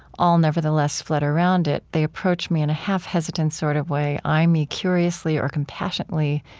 all, nevertheless, flutter around it. they approach me in a half-hesitant sort of way, eyeing me curiously or compassionately,